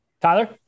Tyler